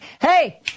hey